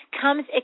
comes